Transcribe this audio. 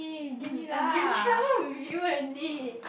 um I can travel with you only